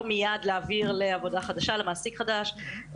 מיד להעיר לעבודה חדשה או למעסיק חדש.